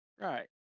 Right